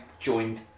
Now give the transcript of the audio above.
joined